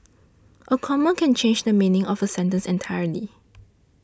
a comma can change the meaning of a sentence entirely